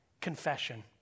Confession